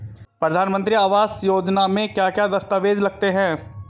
प्रधानमंत्री आवास योजना में क्या क्या दस्तावेज लगते हैं?